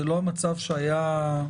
זה לא המצב שהיה תמיד?